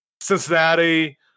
cincinnati